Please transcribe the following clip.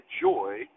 joy